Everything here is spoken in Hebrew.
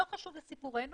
לא חשוב לסיפורנו,